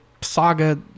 saga